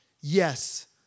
Yes